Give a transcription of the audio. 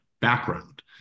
background